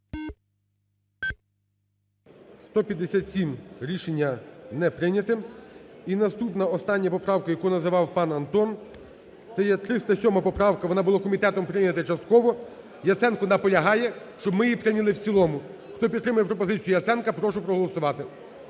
За-157 Рішення не прийнято. І наступна остання поправка, яку називав пан Антон, це є 307 поправка. Вона була комітетом прийнята частково. Яценко наполягає, щоб ми її прийняли в цілому. Хто підтримує пропозицію Яценка, прошу проголосувати.